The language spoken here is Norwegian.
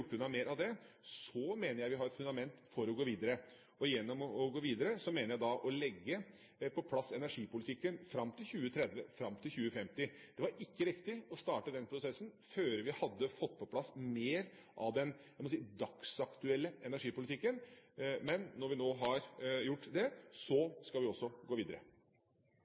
unna mer av det, mener jeg at vi har et fundament for å gå videre, og med å gå videre mener jeg da å legge på plass energipolitikken fram til 2030 og 2050. Det var ikke riktig å starte den prosessen før vi hadde fått på plass mer av den dagsaktuelle energipolitikken, men når vi nå har det, skal vi også gå videre.